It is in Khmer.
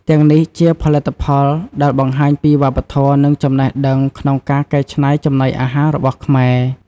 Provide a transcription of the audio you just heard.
ទាំងនេះជាផលិតផលដែលបង្ហាញពីវប្បធម៌ និងចំណេះដឹងក្នុងការកែច្នៃចំណីអាហាររបស់ខ្មែរ។